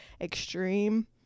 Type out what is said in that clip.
extreme